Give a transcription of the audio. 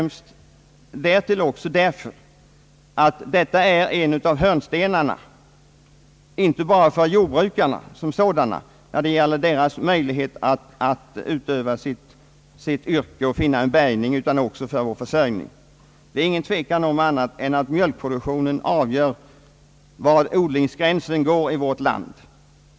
Men jag gör det också därför att detta är en av hörnstenarna inte bara för jordbrukarnas möjligheter att utöva sitt yrke och finna en bärgning i stora delar av landet. Det är ingen tvekan om att mjölkproduktionen avgör var odlingsgränsen går i vårt land.